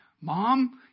Mom